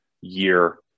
year